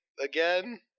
again